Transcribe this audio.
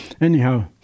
Anyhow